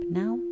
now